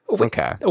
Okay